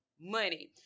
money